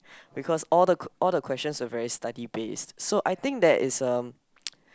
because all the que~ all the questions were very study based so I think there is um